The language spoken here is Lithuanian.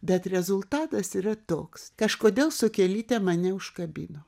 bet rezultatas yra toks kažkodėl sokelytė mane užkabino